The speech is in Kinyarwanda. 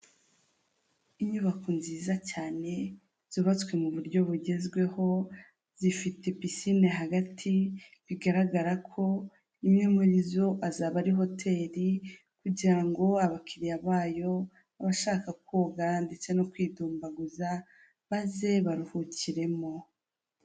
Ibikorwaremezo mu muhanda w'abanyamaguru ndetse iruhande uriho ubusitani burimo ipoto riyishamikiyeho insinga zo mw' ibara ry'umukara zigena amashanyarazi ku baturiye iryo poto.